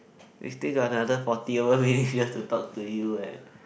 we still got another forty over minutes just to talk to you eh